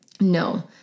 No